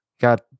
Got